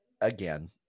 again